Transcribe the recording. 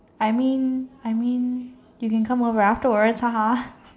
I mean I mean you can come over afterwards haha